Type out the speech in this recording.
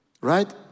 Right